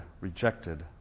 rejected